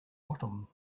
bottom